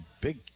big